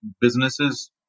businesses